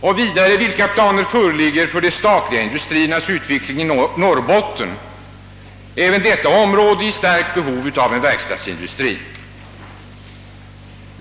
Och vidare, vilka planer föreligger för utveckling av de statliga industrierna i Norrbotten, vilket område även är i starkt behov av en större verkstadsindustri?